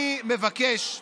אני מבקש,